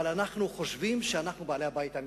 אבל אנחנו חושבים שאנחנו בעלי הבית האמיתיים.